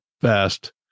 fast